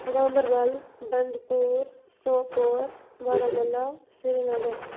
Ganderbal Bandipora Sopore Baramulla Srinagar